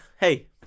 Hey